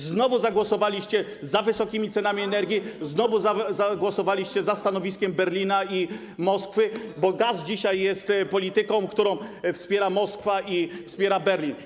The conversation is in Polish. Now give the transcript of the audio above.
Znowu zagłosowaliście za wysokimi cenami energii, znowu zagłosowaliście za stanowiskiem Berlina i Moskwy, bo gaz dzisiaj jest polityką, którą wspiera Moskwa i wspiera Berlin.